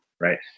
right